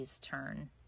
turn